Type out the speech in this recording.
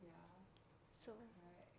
ya correct